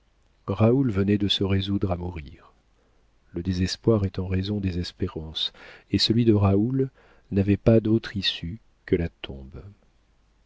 raoul venait de se résoudre à mourir le désespoir est en raison des espérances et celui de raoul n'avait pas d'autre issue que la tombe